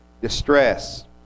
distress